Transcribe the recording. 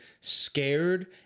scared